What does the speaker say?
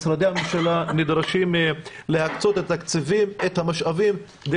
משרדי הממשלה נדרשים להקצות את המשאבים כדי